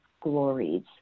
glories